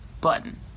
button